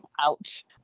Ouch